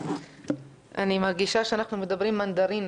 אני מרגישה שאנחנו מדברים מנדרינית.